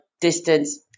distance